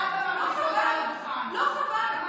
לא חבל?